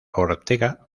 ortega